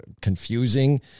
confusing